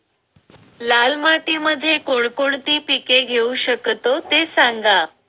लाल मातीमध्ये कोणकोणती पिके घेऊ शकतो, ते सांगा